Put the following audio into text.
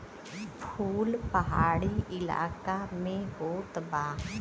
फूल पहाड़ी इलाका में होत बा